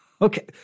Okay